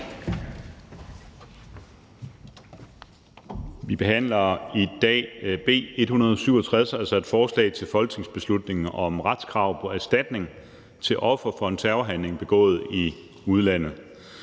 Vi behandler i dag B 167, altså et forslag til folketingsbeslutning om retskrav på erstatning til ofre for en terrorhandling begået i udlandet.